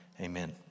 Amen